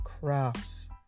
crafts